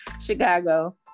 Chicago